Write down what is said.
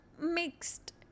Mixed